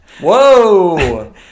Whoa